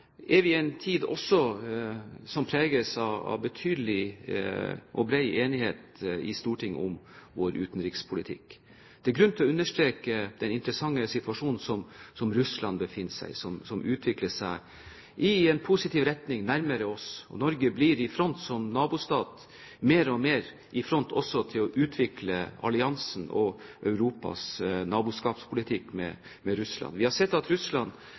er vi i en tid som også preges av betydelig og bred enighet i Stortinget om vår utenrikspolitikk. Det er grunn til å understreke den interessante situasjonen som Russland befinner seg i, som utvikler seg i en positiv retning, nærmere oss. Norge blir i front som nabostat, mer og mer i front også til å utvikle alliansen og Europas naboskapspolitikk med Russland. Vi har sett at Russland er trukket nærmere NATO-alliansen sikkerhetspolitisk. Vi har fått på plass en delelinjeavtale med Russland,